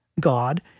God